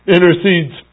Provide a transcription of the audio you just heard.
intercedes